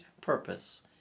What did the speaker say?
purpose